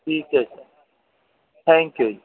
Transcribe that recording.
ਠੀਕ ਹੈ thank you ਜੀ